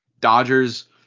dodgers